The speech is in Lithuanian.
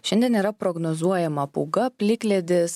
šiandien yra prognozuojama pūga plikledis